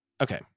okay